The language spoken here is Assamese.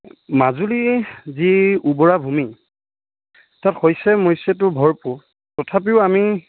মাজুলী যি উবৰা ভূমি তাত শস্য মস্যটো ভৰপূৰ তথাপিও আমি